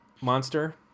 Monster